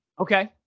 Okay